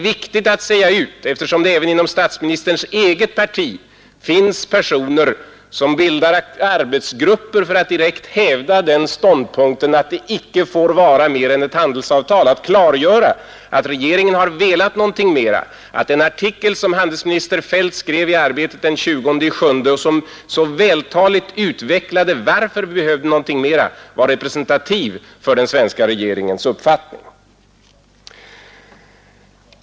Det finns även inom statsministerns eget parti personer som bildar arbetsgrupper för att direkt hävda den ståndpunkten att det icke får vara mer än ett handelsavtal. Är det inte viktigt att klargöra att regeringen har velat någonting mera, att den artikel som handelsminister Feldt skrev i Arbetet den 20 juli och som så vältaligt utvecklade varför vi behövde någonting mera var representativ för den svenska regeringens uppfattning?